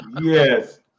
Yes